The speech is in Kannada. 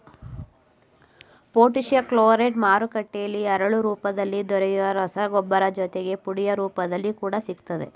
ಪೊಟ್ಯಾಷ್ ಕ್ಲೋರೈಡ್ ಮಾರುಕಟ್ಟೆಲಿ ಹರಳು ರೂಪದಲ್ಲಿ ದೊರೆಯೊ ರಸಗೊಬ್ಬರ ಜೊತೆಗೆ ಪುಡಿಯ ರೂಪದಲ್ಲಿ ಕೂಡ ಸಿಗ್ತದೆ